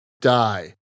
die